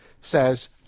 says